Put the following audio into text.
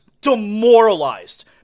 demoralized